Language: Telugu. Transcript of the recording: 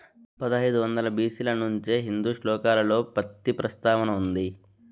పదహైదు వందల బి.సి ల నుంచే హిందూ శ్లోకాలలో పత్తి ప్రస్తావన ఉంది